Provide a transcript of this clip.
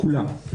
כולם.